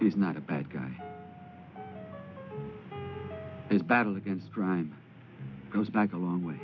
is not a bad guy his battle against crime goes back a long way